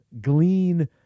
glean